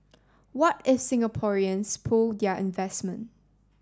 what if Singaporeans pull their investment